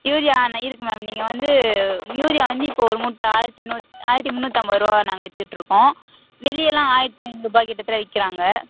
urea ஆ இருக்கு ma'am நீங்கள் வந்து யூரியா வந்து இப்போ ஒரு மூட்டை ஆயிரத்து நூத் ஆயிரத்து முந்நூற்றம்பதுருபா வர நாங்கள் விற்றுக்கிட்டுருக்கோம் வெளியெல்லாம் ஆயிரத்து ஐந்நூறுரூபா கிட்டத்தட்ட விற்கிறாங்க